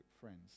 friends